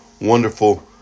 wonderful